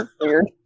weird